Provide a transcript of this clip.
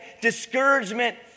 discouragement